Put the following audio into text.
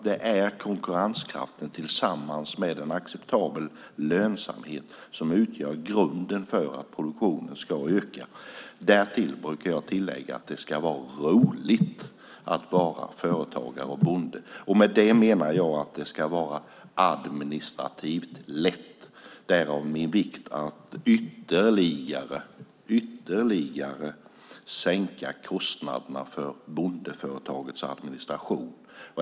Det är konkurrenskraften tillsammans med en acceptabel lönsamhet som utgör grunden för att produktionen ska öka. Därtill brukar jag tillägga att det ska vara roligt att vara företagare och bonde. Med det menar jag att det ska vara administrativt lätt. Därför är det viktigt att ytterligare sänka kostnaderna för bondeföretagets administration.